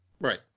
Right